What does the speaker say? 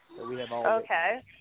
Okay